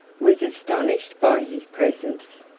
was astonished by his presence.